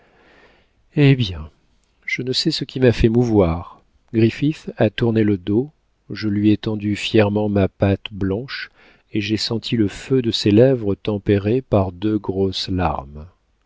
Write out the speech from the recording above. eh bien je ne sais ce qui m'a fait mouvoir griffith a tourné le dos je lui ai tendu fièrement ma patte blanche et j'ai senti le feu de ses lèvres tempéré par deux grosses larmes